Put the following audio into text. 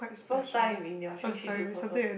first time in your train she took photos